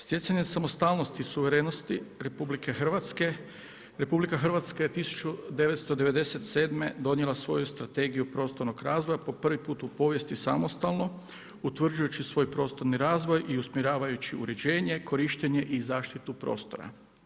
Stjecanje samostalnosti i suverenosti RH, RH 1997. donijela svoju Strategiju prostornog razvoja po prvi put u povijesti samostalno, utvrđujući svoj prostorni razvoj i usmjeravajući uređenje, korištenje i zaštitu prostora.